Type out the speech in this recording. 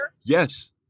yes